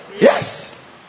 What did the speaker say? Yes